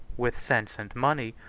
with sense and money,